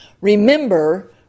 Remember